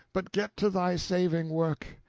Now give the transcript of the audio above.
but get to thy saving work.